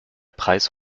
preis